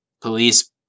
police